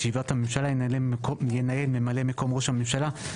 את ישיבת הממשלה ינהל ממלא מקום ראש הממשלה,